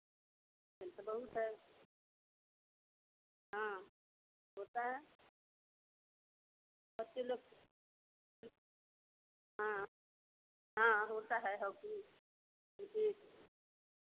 खेल तो बहुत है हाँ होता है बच्चे लोग हाँ हाँ होता है हॉकी क्रिकेट